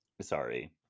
sorry